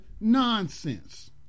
nonsense